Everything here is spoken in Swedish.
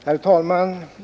Herr talman!